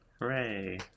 Hooray